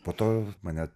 po to mane